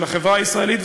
של החברה הישראלית,